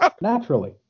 Naturally